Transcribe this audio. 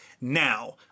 Now